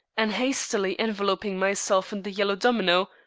and hastily enveloping myself in the yellow domino,